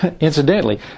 Incidentally